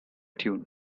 tune